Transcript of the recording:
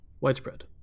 Widespread